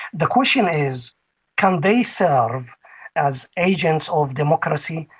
the question is can they serve as agents of democracy?